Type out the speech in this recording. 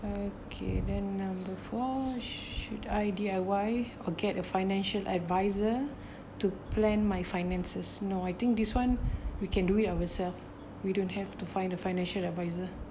okay then number four should I D_I_Y or get a financial adviser to plan my finances no I think this [one] we can do it ourselves we don't have to find a financial adviser